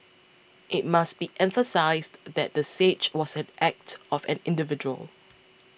it must be emphasised that the siege was an act of an individual